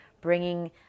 bringing